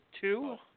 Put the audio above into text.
two